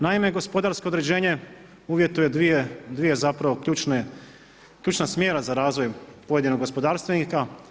Naime, gospodarsko određenje uvjetuje dvije ključne, ključna smjera za razvoj pojedinog gospodarstvenika.